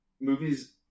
movies